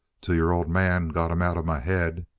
till your old man got em out of my head.